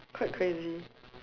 quite crazy